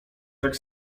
tak